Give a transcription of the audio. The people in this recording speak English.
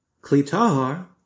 klitahar